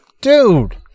dude